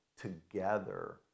together